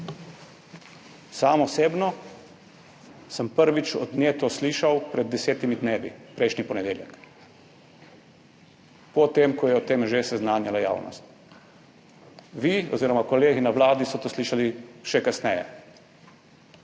Sam osebno sem prvič od nje to slišal pred 10 dnevi, prejšnji ponedeljek, potem ko je s tem že seznanjala javnost. Vi oziroma kolegi na vladi so to slišali še kasneje.